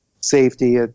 safety